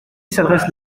s’adresse